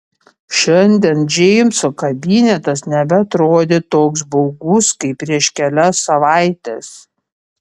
šiandien džeimso kabinetas nebeatrodė toks baugus kaip prieš kelias savaites